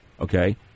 Okay